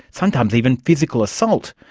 sometimes even physical assault.